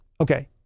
Okay